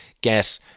get